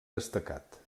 destacat